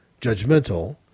judgmental